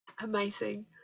amazing